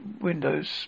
windows